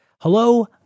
Hello